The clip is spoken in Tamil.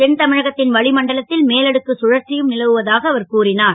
தென்தமிழகத் ன் வளிமண்டலத் ல் மேலடுக்கு கழற்சியும் லவுவதாக அவர் கூறினார்